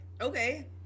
Okay